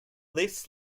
this